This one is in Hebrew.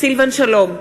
סילבן שלום,